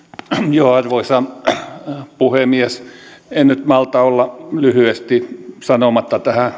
arvoisa puhemies en nyt malta olla lyhyesti sanomatta tähän